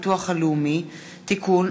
זכויות נפגעי עבירה (תיקון,